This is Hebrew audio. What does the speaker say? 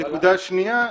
נקודה שנייה,